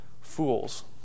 fools